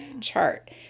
chart